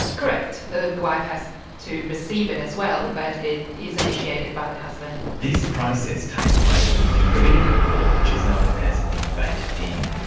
correct, the the wife has to receive it as well, but it is initiated by the husband. this process takes place in the rabbinical court, which is known as the beth din.